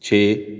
ਛੇ